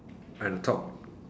at the top